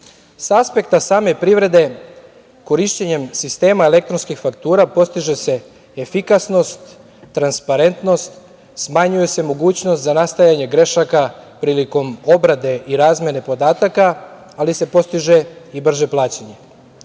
aspekta same privrede, korišćenjem sistema elektronskih faktura postiže se efikasnost, transparentnost, smanjuje se mogućnost za nastajanje grešaka prilikom obrade i razmene podataka, ali se postiže i brže plaćanje. Sva